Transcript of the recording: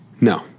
no